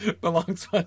belongs